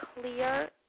clear